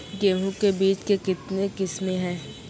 गेहूँ के बीज के कितने किसमें है?